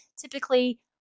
typically